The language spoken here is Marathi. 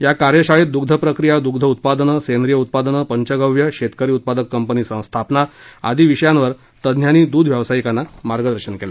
या कार्यशाळेत दुग्ध प्रक्रिया दृग्ध उत्पादनं सेंद्रीय उत्पादनं पंचगव्य शेतकरी उत्पादक कंपनी स्थापना आदी विषयांवर तज्ञांनी दुध व्यावसायिकांना मार्गदर्शन केलं